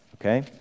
Okay